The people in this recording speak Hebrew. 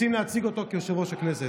רוצים להציג אותו כיושב-ראש הכנסת.